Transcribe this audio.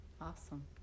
awesome